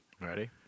Ready